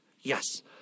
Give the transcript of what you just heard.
Yes